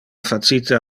facite